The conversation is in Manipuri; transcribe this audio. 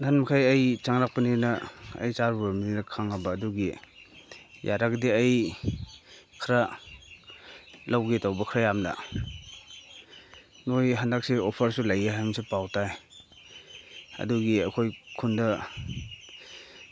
ꯅꯍꯥꯟꯃꯈꯩ ꯑꯩ ꯆꯪꯂꯛꯄꯅꯤꯅ ꯑꯩ ꯆꯥꯔꯨꯕꯅꯤꯅ ꯈꯪꯉꯕ ꯑꯗꯨꯒꯤ ꯌꯥꯔꯒꯗꯤ ꯑꯩ ꯈꯔ ꯂꯧꯒꯦ ꯇꯧꯕ ꯈꯔ ꯌꯥꯝꯅ ꯅꯣꯏ ꯍꯟꯗꯛꯁꯦ ꯑꯣꯐꯔꯁꯨ ꯂꯩꯌꯦ ꯍꯥꯏꯅꯁꯨ ꯄꯥꯎ ꯇꯥꯏ ꯑꯗꯨꯒꯤ ꯑꯩꯈꯣꯏ ꯈꯨꯟꯗ